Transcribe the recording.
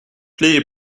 play